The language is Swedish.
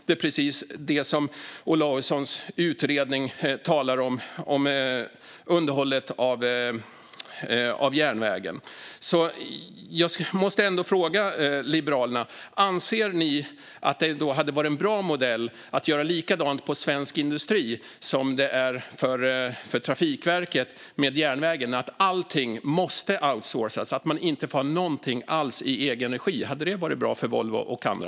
Det är precis det som det talas om i Olaussons utredning om underhållet av järnvägen. Jag måste ändå fråga Liberalerna: Anser ni att det hade varit bra om det hade varit likadant för svensk industri som det är för Trafikverket med järnvägen, att allting måste outsourcas och att man inte få ha någonting alls i egen regi? Hade det varit bra för Volvo och andra?